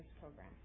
program